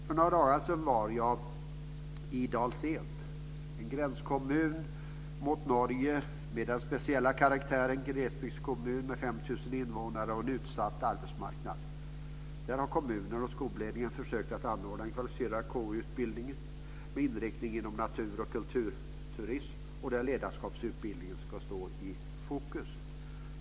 För några dagar sedan var jag i Dals Ed, en gränskommun mot Norge med den speciella karaktären glesbygdskommun med 5 000 invånare och en utsatt arbetsmarknad. Där har kommunen och skolledningen försökt att anordna en kvalificerad yrkesutbildning med inriktning på natur och kulturturism där ledarskapsutbildning ska stå i fokus.